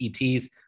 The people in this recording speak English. ets